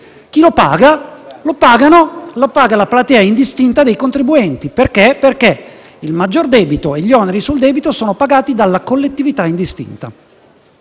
rispettato. Lo paga, quindi, la platea indistinta dei contribuenti perché il maggior debito e gli oneri sul debito sono pagati dalla collettività indistinta.